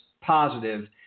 positive